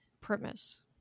premise